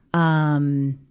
um,